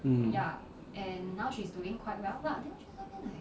mm